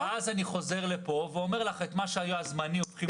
ואז אני חוזר לכאן ואומר לך: את מה שהיה זמני הופכים לקבע.